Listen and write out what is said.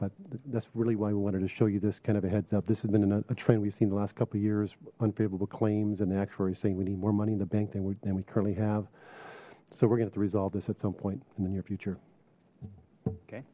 but that's really why we wanted to show you this kind of a heads up this has been a trend we've seen the last couple years unfavorable claims and the actuaries saying we need more money in the bank thing we currently have so we're gonna to resolve this at some point in the near future okay